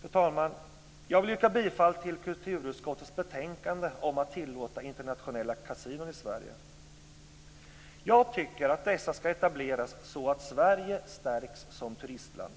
Fru talman! Jag vill yrka bifall till hemställan i kulturutskottets betänkande om att tillåta internationella kasinon i Sverige. Jag tycker att dessa skall etableras så att Sverige stärks som turistland.